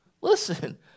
Listen